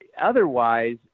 Otherwise